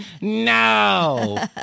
No